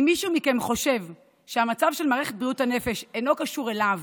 אם מישהו מכם חושב שהמצב של מערכת בריאות הנפש אינו קשור אליו